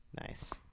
nice